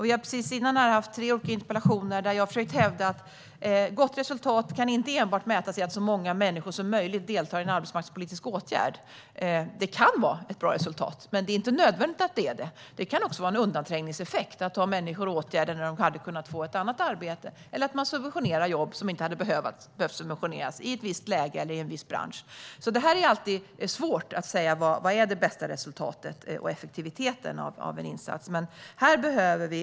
Vi har precis haft tre interpellationsdebatter där jag försökte hävda att gott resultat inte enbart kan mätas i att så många människor som möjligt deltar i en arbetsmarknadspolitisk åtgärd. Det kan vara ett bra resultat, men det är inte nödvändigtvis så. Det kan också vara en undanträngningseffekt att ha människor i åtgärder när de hade kunnat få ett annat arbete eller att man subventionerar jobb som inte hade behövt subventioneras i ett visst läge eller i en viss bransch. Det är alltid svårt att säga vad en insats bästa resultat och effektivitet är.